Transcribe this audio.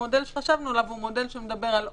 זה יהיה או